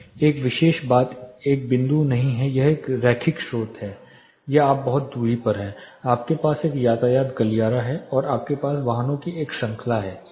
यह विशेष बात एक बिंदु नहीं है यह एक रैखिक स्रोत है या आप कुछ दूरी पर हैं आपके पास एक यातायात गलियारा है और आपके पास वाहनों की एक श्रृंखला है